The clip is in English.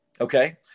okay